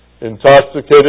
Intoxicated